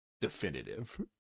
definitive